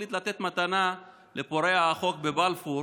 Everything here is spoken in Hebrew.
והחליט לתת מתנה לפורע החוק מבלפור